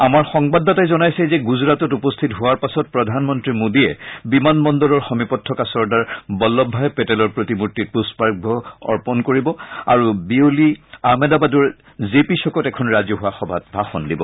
আমাৰ সংবাদদাতাই জনাইছে যে গুজৰাটত উপস্থিত হোৱাৰ পাছত প্ৰধানমন্তী মোদীয়ে বিমানবন্দৰৰ সমীপত থকা চৰ্দাৰ বল্লৱভাই পেটেলৰ প্ৰতিমূৰ্তিত পুষ্পাৰ্ঘ্য তৰ্পণ কৰিব আৰু বিয়লি আহমেদাবাদৰ জে পি চকত এখন ৰাজহুৱা সভাত ভাষণ দিব